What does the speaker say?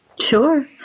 Sure